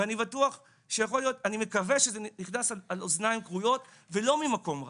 ואני מקווה שזה נכנס על אוזניים קרויות ולא ממקום רע,